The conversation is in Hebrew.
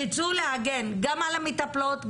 תצאו להגן גם על המטפלות,